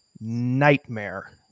nightmare